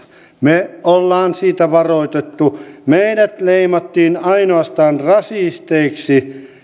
me olemme siitä varoittaneet meidät leimattiin ainoastaan rasisteiksi